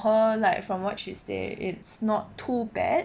her like from what she say it's not too bad